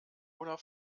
oder